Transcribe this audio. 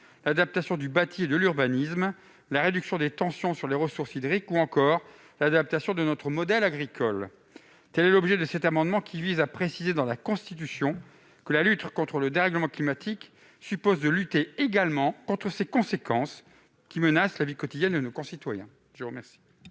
l'adaptation du bâti et de l'urbanisme, la réduction des tensions portant sur les ressources hydriques ou encore l'adaptation de notre modèle agricole. Aussi, cet amendement vise à préciser dans la Constitution que, pour lutter contre le dérèglement climatique, il faut également combattre ses conséquences, qui menacent la vie quotidienne de nos concitoyens.